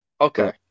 Okay